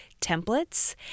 templates